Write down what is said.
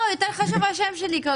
לא, יותר חשוב השם שלי.